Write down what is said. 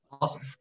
Awesome